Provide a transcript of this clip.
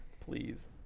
Please